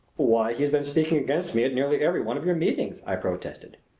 why, he's been speaking against me at nearly every one of your meetings! i protested.